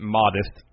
modest